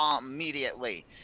immediately